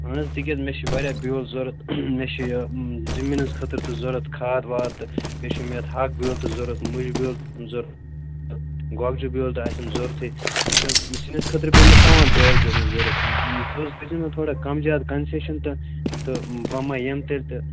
اَہَن حظ تِکیٛازِ مےٚ چھِ واریاہ بیٛوٚل ضروٗرت مےٚ چھِ یہِ زمیٖنَس خٲطرٕ تہِ ضروٗرت کھاد واد تہٕ بیٚیہِ چھِ مےٚ یَتھ ہاکہٕ بیٛوٚل تہٕ ضروٗرت مُجہٕ بیٛوٚل ضروٗرت گۄگجہٕ بیٛوٚل تہٕ آسٮ۪م ضروٗرتھٕے تہٕ سِنِس خٲطرٕ پے مےٚ تَمام بیٛٲلۍ پے مےٚ ضروٗرت تہٕ ژٕ حظ کٔرۍزِ مےٚ تھوڑا کَم زیادٕ کَنشیشَن تہٕ تہٕ بہٕ ما یِمہٕ تیٚلہِ تہٕ